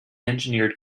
engineered